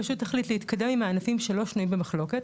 פשוט החליט להתקדם עם הענפים שלא שנויים במחלוקת,